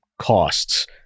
costs